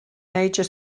major